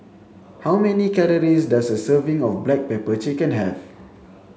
how many calories does a serving of black pepper chicken have